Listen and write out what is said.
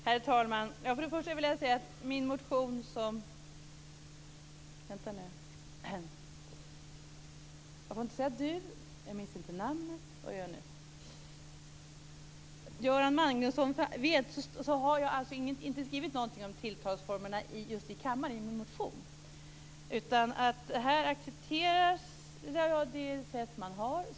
Herr talman! Jag vill först säga att som - jag får inte säga du, och jag minns inte namnet, så vad gör jag nu - Göran Magnusson vet har jag alltså inte skrivit någonting om tilltalsformerna just i kammaren i min motion, utan jag accepterar det sätt som vi har.